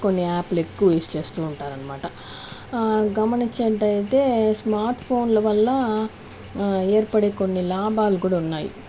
కొన్ని యాప్లు ఎక్కువ యూస్ చేస్తు ఉంటారు అన్నమాట గమనించినట్టయితే స్మార్ట్ ఫోన్ల వల్ల ఏర్పడే కొన్ని లాభాలు కూడా ఉన్నాయి